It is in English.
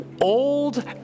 old